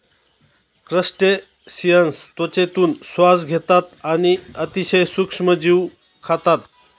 crustaceans त्वचेतून श्वास घेतात आणि अतिशय सूक्ष्म जीव खातात